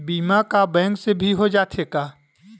बीमा का बैंक से भी हो जाथे का?